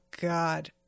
God